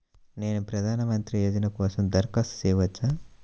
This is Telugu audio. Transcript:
నేను ప్రధాన మంత్రి యోజన కోసం దరఖాస్తు చేయవచ్చా?